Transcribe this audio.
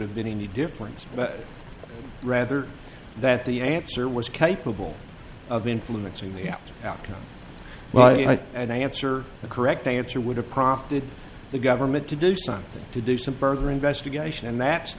have been any difference but rather that the answer was capable of influencing the outcome well you and i answer the correct answer would have prompted the government to do something to do some further investigation and that's